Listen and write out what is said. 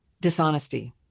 dishonesty